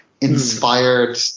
inspired